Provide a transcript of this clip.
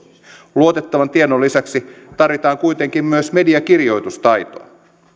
luotettavan tiedon lisäksi tarvitaan kuitenkin myös mediakirjoitustaitoa